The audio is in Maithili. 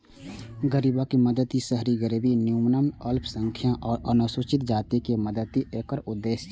गरीबक मदति, शहरी गरीबी उन्मूलन, अल्पसंख्यक आ अनुसूचित जातिक मदति एकर उद्देश्य छै